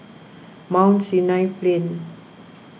Mount Sinai Plain